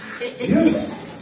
Yes